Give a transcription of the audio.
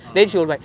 ah